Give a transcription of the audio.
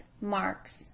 marks